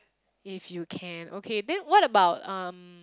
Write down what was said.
if you can okay then what about um